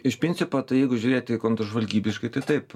iš principo tai jeigu žiūrėti kontržvalgybiškai tai taip